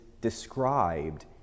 described